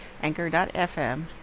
anchor.fm